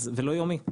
ולא יומי.